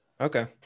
Okay